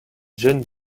jeunes